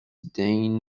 dane